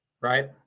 right